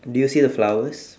did you see the flowers